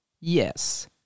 Yes